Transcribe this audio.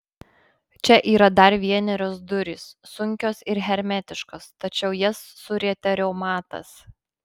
čia yra dar vienerios durys sunkios ir hermetiškos tačiau jas surietė reumatas